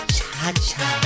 Cha-cha